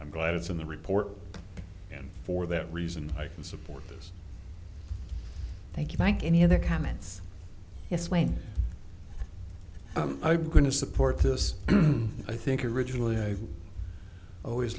i'm glad it's in the report and for that reason i can support this thank you mike any other comments yes wayne i'm going to support this i think originally i always